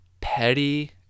petty